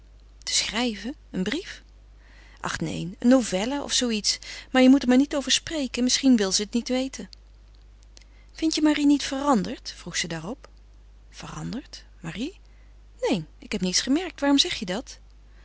te schrijven een brief ach neen een novelle of zoo iets maar je moet er maar niet over spreken misschien wil ze het niet weten vindt je marie niet veranderd vroeg ze daarop veranderd marie neen ik heb niets gemerkt waarom zeg je dat